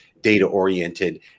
data-oriented